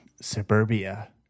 suburbia